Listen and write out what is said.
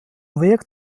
wirkt